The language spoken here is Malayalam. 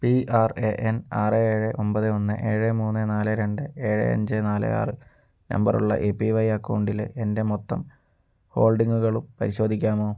പി ആർ എ എൻ ആറ് ഏഴ് ഒൻപത് ഒന്ന് ഏഴ് മൂന്ന് നാല് രണ്ട് ഏഴ് അഞ്ച് നാല് ആറ് നമ്പറുള്ള എ പി വൈ അക്കൗണ്ടിലെ എൻ്റെ മൊത്തം ഹോൾഡിംഗുകളും പരിശോധിക്കാമോ